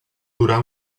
durar